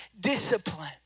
discipline